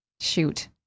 Shoot